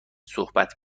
صحبت